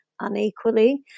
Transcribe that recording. unequally